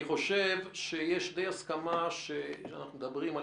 אני חושב שיש די הסכמה כשאנחנו מדברים על